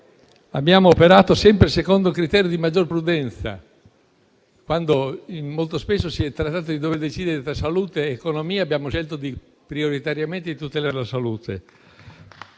abbiamo operato sempre secondo il criterio di maggior prudenza e, quando molto spesso si è trattato di dover decidere tra salute e economia, abbiamo scelto prioritariamente di tutelare la salute.